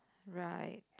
right